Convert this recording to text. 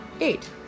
Eight